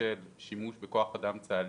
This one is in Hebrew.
ששימוש בכוח אדם צה"לי,